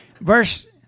Verse